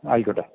ആയിക്കോട്ടെ